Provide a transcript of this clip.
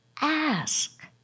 Ask